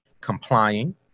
complying